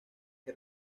que